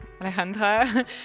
Alejandra